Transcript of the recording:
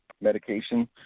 medication